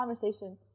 conversation